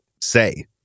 say